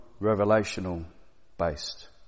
revelational-based